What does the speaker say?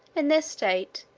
in this state,